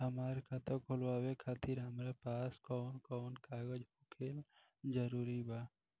हमार खाता खोलवावे खातिर हमरा पास कऊन कऊन कागज होखल जरूरी बा?